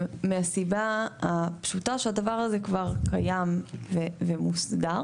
מהסיבה הפשוטה שהדבר הזה כבר קיים ומוסדר.